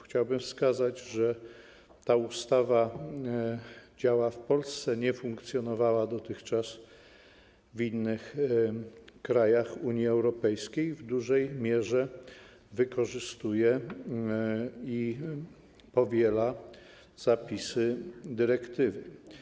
Chciałbym wskazać, że ta ustawa działa w Polsce, nie funkcjonowała dotychczas w innych krajach Unii Europejskiej, w dużej mierze wykorzystuje i powiela zapisy dyrektywy.